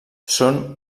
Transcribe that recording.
són